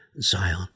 Zion